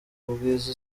ubwiza